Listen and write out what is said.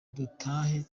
dutahe